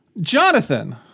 Jonathan